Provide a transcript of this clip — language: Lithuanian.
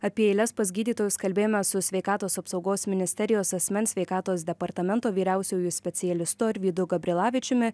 apie eiles pas gydytojus kalbėjome su sveikatos apsaugos ministerijos asmens sveikatos departamento vyriausiuoju specialistu arvydu gabrilavičiumi